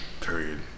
period